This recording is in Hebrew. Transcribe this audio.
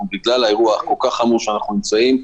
בגלל האירוע החמור כל כך שאנחנו נמצאים בו,